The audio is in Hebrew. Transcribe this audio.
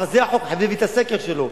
אבל זה החוק, חייבים את הסקר שלו.